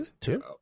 Two